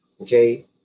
Okay